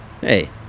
Hey